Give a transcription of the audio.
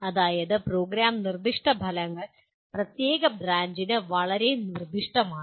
അതായത് പ്രോഗ്രാം നിർദ്ദിഷ്ട ഫലങ്ങൾ പ്രത്യേക ബ്രാഞ്ചിന് വളരെ നിർദ്ദിഷ്ടമാണ്